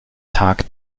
tag